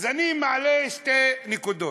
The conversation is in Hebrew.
אז אני מעלה שתי נקודות.